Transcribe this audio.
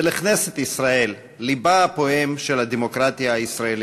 ולכנסת ישראל, לבה הפועם של הדמוקרטיה הישראלית.